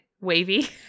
Wavy